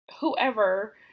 whoever